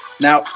now